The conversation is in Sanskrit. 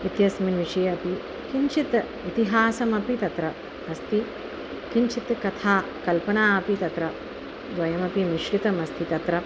इत्यस्मिन् विषये अपि किञ्चित् इतिहासमपि तत्र अस्ति किञ्चित् कथा कल्पना अपि तत्र द्वयमपि मिश्रितमस्ति तत्र